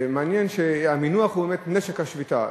מעניין שהמינוח הוא באמת "נשק השביתה".